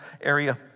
area